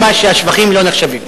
כל השבחים לא נחשבים.